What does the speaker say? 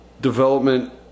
development